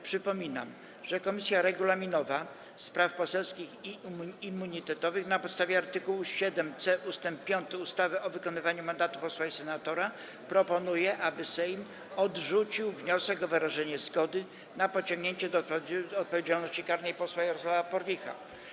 Przypominam, że Komisja Regulaminowa, Spraw Poselskich i Immunitetowych na podstawie art. 7c ust. 5 ustawy o wykonywaniu mandatu posła i senatora proponuje, aby Sejm odrzucił wniosek o wyrażenie zgody na pociągnięcie do odpowiedzialności karnej posła Jarosława Porwicha.